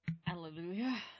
Hallelujah